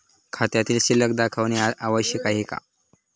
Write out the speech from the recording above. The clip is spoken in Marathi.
खात्यातील शिल्लक दाखवणे आवश्यक आहे का?